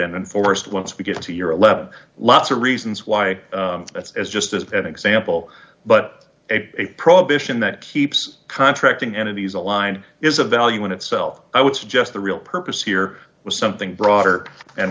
enforced once we get to year eleven lots of reasons why it's just as an example but a prohibition that keeps contracting entities a line is a value in itself i would suggest the real purpose here was something broader and